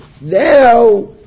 now